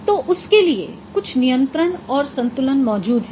तो उसके लिए कुछ नियंत्रण और संतुलन मौजूद हैं